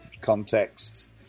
context